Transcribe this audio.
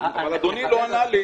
אדוני לא ענה לי